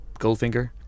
Goldfinger